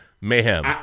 Mayhem